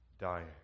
dying